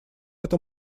это